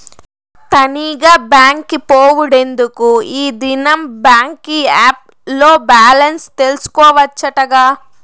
తనీగా బాంకి పోవుడెందుకూ, ఈ దినం బాంకీ ఏప్ ల్లో బాలెన్స్ తెల్సుకోవచ్చటగా